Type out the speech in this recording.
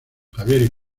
javier